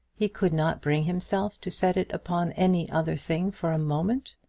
he could not bring himself to set it upon any other thing for a moment?